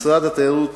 משרד התיירות